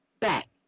back